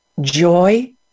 joy